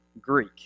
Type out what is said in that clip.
Greek